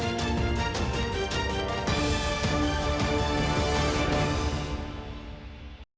Дякую.